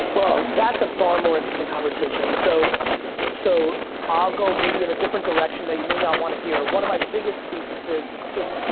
well, that's a far more interesting conversation. so so i'll go maybe in a different direction that you may not want to hear. one of my biggest thesises is